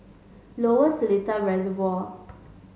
Lower Seletar Reservoir